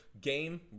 game